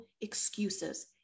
excuses